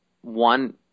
one